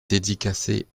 dédicacée